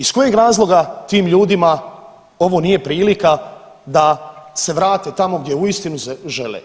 Iz kojeg razloga tim ljudima ovo nije prilika da se vrate tamo gdje uistinu žele?